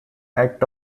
act